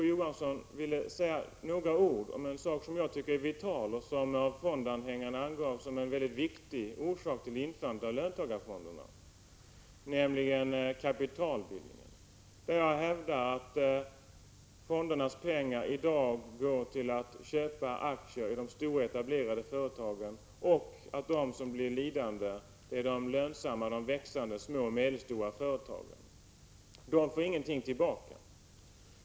Å. Johansson ville säga några ord i en fråga som jag tycker är vital och som av fondanhängarna angavs som en mycket viktig orsak till införandet av löntagarfonderna — nämligen kapitalbildningen. Fondernas pengar går i dag åt till att köpa aktier i de stora etablerade företagen. De lönsamma och växande små och medelstora företagen blir lidande, eftersom de inte får någonting tillbaka.